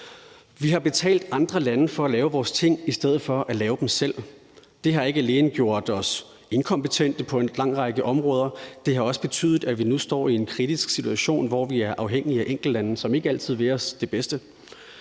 Vi har betalt andre lande for at lave vores ting i stedet for at lave dem selv. Det har ikke alene gjort os inkompetente på en lang række områder. Det har også betydet, at vi nu står i en kritisk situation, hvor vi er afhængige af enkeltlande, som ikke altid vil os det bedste.